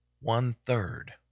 one-third